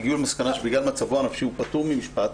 הגיעו למסקנה שבגלל מצבו הנפשי הוא פטור ממשפט,